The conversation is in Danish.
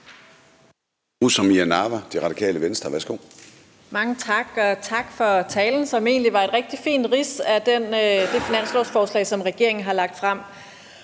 Mange tak, og tak for talen, som egentlig var et rigtig fint rids af det finanslovsforslag, som regeringen har fremsat.